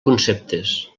conceptes